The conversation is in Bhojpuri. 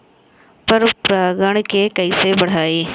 पर परा गण के कईसे बढ़ाई?